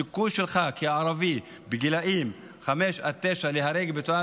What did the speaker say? הסיכוי שלך כערבי בגילים חמש עד תשע להיהרג בתאונת